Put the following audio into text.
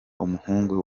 umuhungu